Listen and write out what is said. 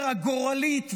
הגורלית,